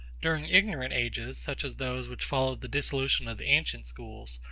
during ignorant ages, such as those which followed the dissolution of the ancient schools,